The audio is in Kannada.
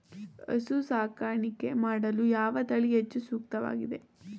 ಹಸು ಸಾಕಾಣಿಕೆ ಮಾಡಲು ಯಾವ ತಳಿ ಹೆಚ್ಚು ಸೂಕ್ತವಾಗಿವೆ?